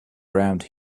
around